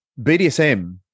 BDSM